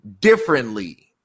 differently